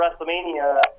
Wrestlemania